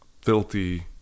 filthy